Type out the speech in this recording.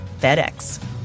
FedEx